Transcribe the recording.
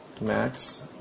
max